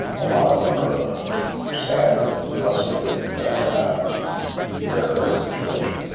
a lot of them are sad or frustrated about their current situation.